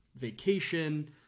vacation